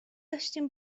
داشتیم